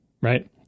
Right